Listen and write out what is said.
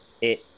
It-